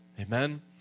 Amen